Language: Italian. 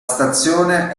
stazione